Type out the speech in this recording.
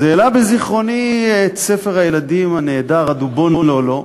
זה העלה בזיכרוני את ספר הילדים הנהדר "הדובון לֹאלֹא"